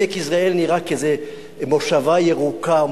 עמק יזרעאל נראה מושבה ירוקה,